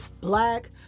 Black